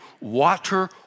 water